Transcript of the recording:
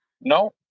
No